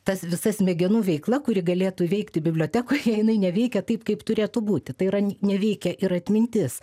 tas visa smegenų veikla kuri galėtų veikti bibliotekoje jinai neveikia taip kaip turėtų būti tai yra nevykia ir atmintis